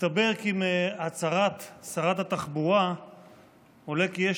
מסתבר כי מהצהרת שרת התחבורה עולה כי יש